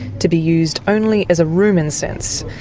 to be used only as a room incense',